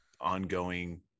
ongoing